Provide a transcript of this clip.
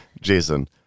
Jason